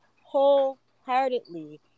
wholeheartedly